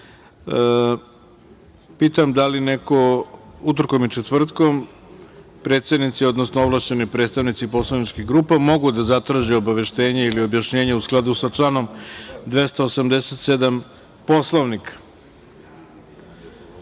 poslanika, utorkom i četvrtkom predsednici, odnosno ovlašćeni predstavnici poslaničkih grupa mogu da zatraže obaveštenje ili objašnjenje u skladu sa članom 287. Poslovnika. Reč